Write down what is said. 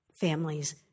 families